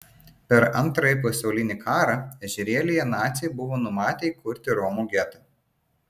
per antrąjį pasaulinį karą ežerėlyje naciai buvo numatę įkurti romų getą